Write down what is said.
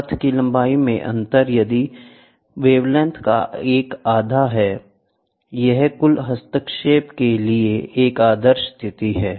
पथ की लंबाई में अंतर यदि वेवलेंथ का एक आधा है यह कुल हस्तक्षेप के लिए एक आदर्श स्थिति है